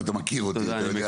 ואתה מכיר אותי, אתה יודע.